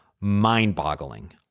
mind-boggling